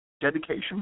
dedication